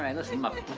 and listen muffy.